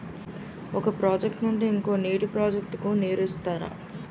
ఒక ప్రాజెక్ట్ నుండి ఇంకో నీటి ప్రాజెక్ట్ కు నీరు ఇస్తారు